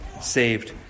saved